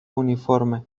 uniforme